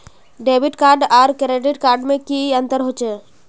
Debit card आर credit card में की अंतर होचे?